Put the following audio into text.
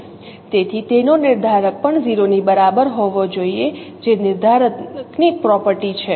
તેથી તેનો નિર્ધારક પણ 0 ની બરાબર હોવો જોઈએ જે નિર્ધારકની પ્રોપર્ટી છે